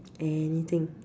anything